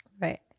Right